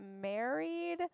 married